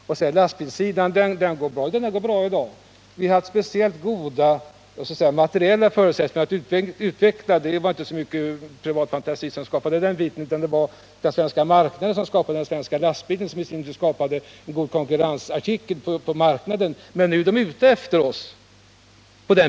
Man säger att lastbilssidan går bra. Ja, den går bra i dag. Vi har haft speciellt goda materiella förutsättningar för att utveckla lastbilsindustrin. Det var inte så mycket privat fantasi som skapade den biten, utan det var den svenska marknaden som skapade den svenska lastbilen, vilken sedan blev en konkurrensartikel på en större marknad. Men nu är de ute efter oss.